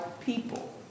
people